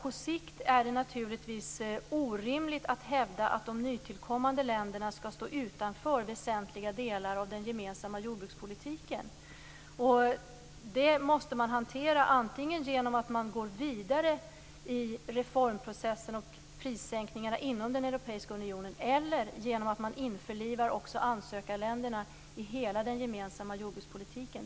På sikt är det naturligtvis orimligt att hävda att de nytillkommande länderna skall stå utanför väsentliga delar av den gemensamma jordbrukspolitiken. Det måste man hantera antingen genom att man går vidare i reformprocessen och med prissänkningarna inom Europeiska unionen eller genom att man införlivar också ansökarländerna i hela den gemensamma jordbrukspolitiken.